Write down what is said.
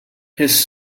his